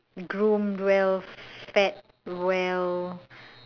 groom well fed well